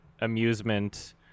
amusement